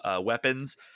weapons